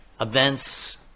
events